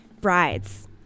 Brides